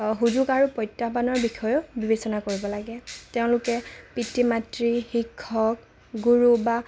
সুযোগ আৰু প্ৰত্যাহ্বানৰ বিষয়েও বিবেচনা কৰিব লাগে তেওঁলোকে পিতৃ মাতৃ শিক্ষক গুৰু বা